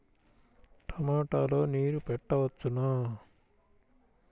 టమాట లో నీరు పెట్టవచ్చునా?